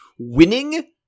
winning